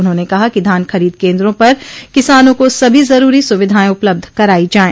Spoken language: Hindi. उन्होंने कहा कि धान खरीद केन्द्रों पर किसानों को सभी जरूरी सुविधाएं उपलब्ध कराई जाये